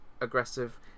aggressive